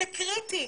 זה קריטי.